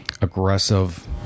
aggressive